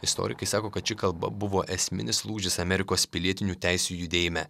istorikai sako kad ši kalba buvo esminis lūžis amerikos pilietinių teisių judėjime